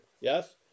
Yes